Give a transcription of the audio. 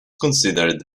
considered